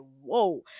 whoa